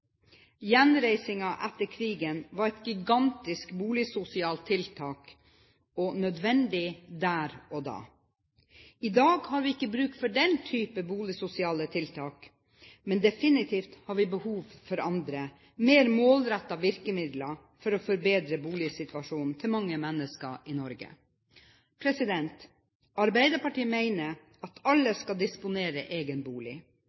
etter krigen var et gigantisk boligsosialt tiltak – og nødvendig der og da. I dag har vi ikke bruk for den type boligsosiale tiltak, men definitivt har vi behov for andre, mer målrettede virkemidler for å forbedre boligsituasjonen til mange mennesker i Norge. Arbeiderpartiet mener at alle skal disponere egen bolig